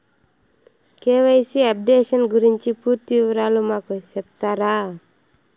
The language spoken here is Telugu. కె.వై.సి అప్డేషన్ గురించి పూర్తి వివరాలు మాకు సెప్తారా?